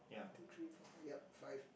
one two three four five yup five